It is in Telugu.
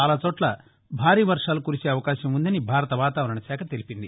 చాలాచోట్ల భారీ వర్వాలు కురిసే అవకాశం ఉందని భారత వాతావరణ శాఖ తెలిపింది